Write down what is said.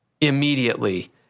immediately